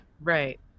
Right